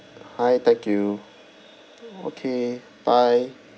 hi thank you okay bye